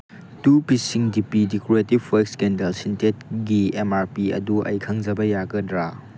two ꯄꯤꯁꯁꯤꯡ D P decorative wax candle ꯁꯤꯟꯇꯦꯠꯀꯤ M R P ꯑꯗꯨ ꯑꯩ ꯈꯪꯖꯕ ꯌꯥꯒꯗ꯭ꯔꯥ